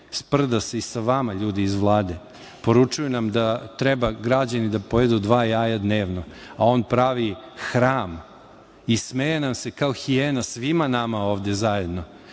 sprda se sa vama, ljudi, iz Vlade. Poručuje da treba građani da pojedu dva jaja dnevno, a on pravi hram i smeje nam se kao hijena, svima nama ovde zajedno